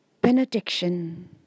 benediction